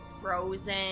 frozen